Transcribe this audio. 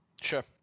Sure